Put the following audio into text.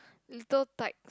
little types